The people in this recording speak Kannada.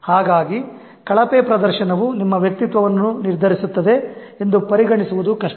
ಹಾಗಾಗಿ ಕಳಪೆ ಪ್ರದರ್ಶನವು ನಿಮ್ಮ ವ್ಯಕ್ತಿತ್ವವನ್ನು ನಿರ್ಧರಿಸುತ್ತದೆ ಎಂದು ಪರಿಗಣಿಸುವುದು ತಪ್ಪು